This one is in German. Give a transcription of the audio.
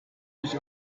ich